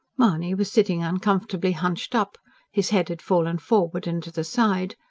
mahony was sitting uncomfortably hunched up his head had fallen forward and to the side,